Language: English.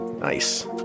Nice